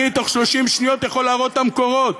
אני בתוך 30 שניות יכול להראות את המקורות.